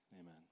Amen